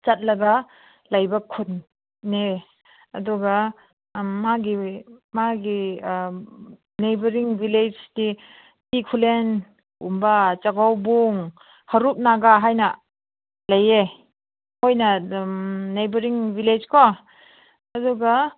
ꯆꯠꯂꯒ ꯂꯩꯕ ꯈꯨꯟꯅꯦ ꯑꯗꯨꯒ ꯎꯝ ꯃꯥꯒꯤ ꯃꯥꯒꯤ ꯅꯩꯕꯔꯤꯡ ꯕꯤꯂꯦꯖꯇꯤ ꯈꯨꯂꯦꯟꯒꯨꯝꯕ ꯆꯥꯀꯧꯕꯨꯡ ꯍꯥꯔꯨꯞ ꯅꯥꯒꯥ ꯍꯥꯏꯅ ꯂꯩꯌꯦ ꯃꯣꯏꯅ ꯑꯗꯨꯝ ꯅꯩꯕꯔꯤꯡ ꯕꯤꯂꯦꯖꯀꯣ ꯑꯗꯨꯒ